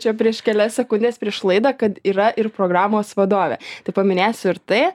čia prieš kelias sekundes prieš laidą kad yra ir programos vadovė tik paminėsiu ir tai